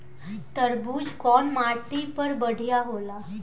तरबूज कउन माटी पर बढ़ीया होला?